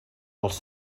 als